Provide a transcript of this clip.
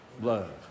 love